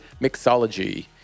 Mixology